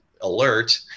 alert